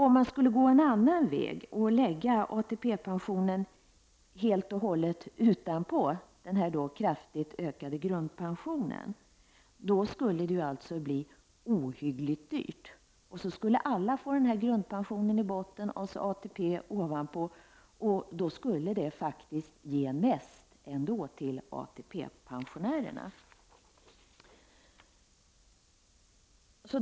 Om man skulle gå en annan väg och lägga ATP utanpå den kraftigt ökade grundpensionen, skulle det bli ohyggligt dyrt. Alla skulle få grundpension i botten och ATP ovanpå, och det skulle ändå ge mest till ATP-pensionärerna.